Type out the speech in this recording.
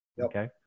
Okay